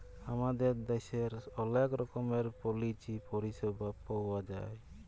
আমাদের দ্যাশের অলেক রকমের পলিচি পরিছেবা পাউয়া যায়